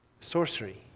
sorcery